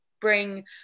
bring